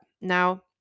Now